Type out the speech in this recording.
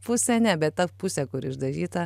pusė ne bet ta pusė kur išdažyta